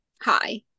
Hi